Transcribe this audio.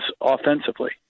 offensively